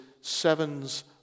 sevens